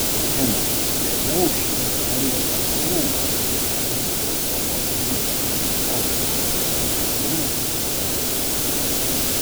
žinoma vėliau ši euforija atslūgo bet visgi automobilio technologinis funkcionalumas sužavėjo